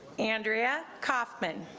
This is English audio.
andrea kaufman